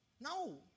No